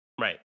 Right